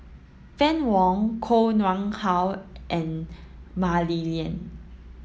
Fann Wong Koh Nguang How and Mah Li Lian